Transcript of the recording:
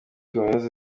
kaminuza